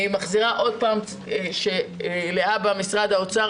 אני מחזירה שאלה למשרד האוצר,